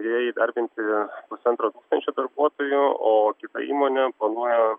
joje įdarbinti pusantro tūkstančio darbuotojų o kita įmonė planuoja